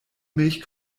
milch